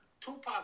Tupac